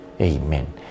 Amen